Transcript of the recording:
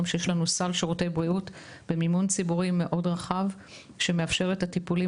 שיש לנו סל שירותי בריאות במימון ציבורי מאוד רחב שמאפשר את הטיפולים